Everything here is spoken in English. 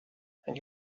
and